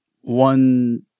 one